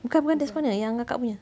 bukan bukan Dad's Corner yang kakak punya